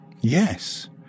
Yes